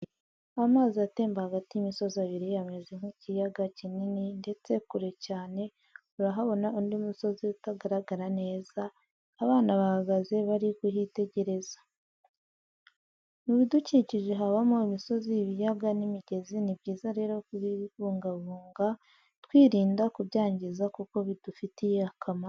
Amazi atemba hagati y'imisozi ibiri ameze nk'ikiyaaga kinini ndetse kure cyane urahabona undi musozi utagaragara neza, abana bahagaze bari kuhiitegereza . Mu bidukikije habamo imisozi ibiyaga n'imigezi ni byiza rero kubibungabunga twirinda kubyangiza kuko bidufitiye akamaro.